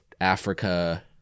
Africa